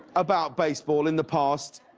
about baseball in the past.